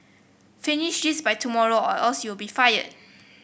finish this by tomorrow or else you'll be fired